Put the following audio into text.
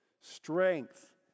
Strength